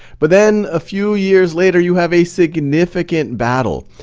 but then a few years later you have a significant battle.